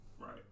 Right